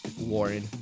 Warren